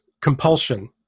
compulsion